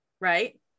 right